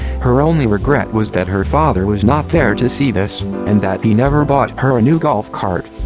her only regret was that her father was not there to see this, and that he never bought her a new golf cart.